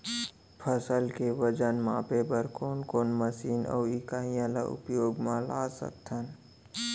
फसल के वजन मापे बर कोन कोन मशीन अऊ इकाइयां ला उपयोग मा ला सकथन?